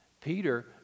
Peter